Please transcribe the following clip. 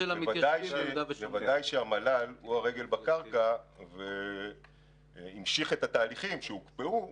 ודאי שהמל"ל הוא הרגל בקרקע והוא המשיך את התהליכים שהוקפאו,